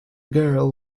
girl